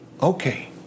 Okay